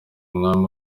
umwami